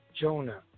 Jonah